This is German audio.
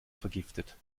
vergiftet